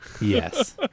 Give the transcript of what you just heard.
Yes